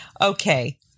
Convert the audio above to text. Okay